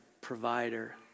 provider